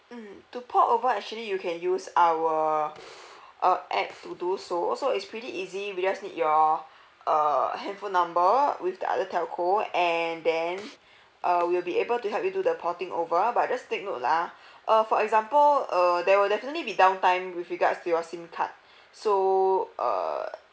mm to port over actually you can use our err app to do so so it's pretty easy we just need your err handphone number with the other telco and then uh we will be able to help you do the porting over but just to take note lah uh for example uh there will definitely be down time with regards to your SIM card so uh